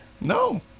no